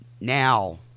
Now